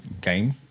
game